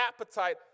appetite